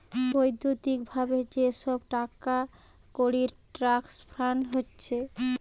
বৈদ্যুতিক ভাবে যে সব টাকাকড়ির ট্রান্সফার হচ্ছে